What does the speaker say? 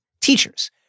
teachers